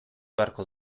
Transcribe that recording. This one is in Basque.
beharko